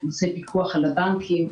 לנושא פיקוח על הבנקים.